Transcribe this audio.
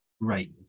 Right